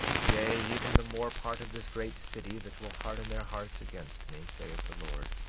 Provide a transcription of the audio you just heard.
yea, even the more part of this great city, that will harden their hearts against me, saith the lord.